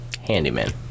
handyman